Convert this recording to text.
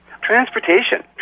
Transportation